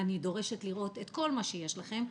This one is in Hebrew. ואני דורשת לראות את כל מה שיש לכם,